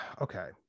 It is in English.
Okay